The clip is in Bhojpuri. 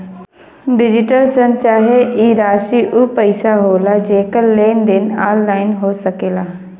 डिजिटल शन चाहे ई राशी ऊ पइसा होला जेकर लेन देन ऑनलाइन हो सकेला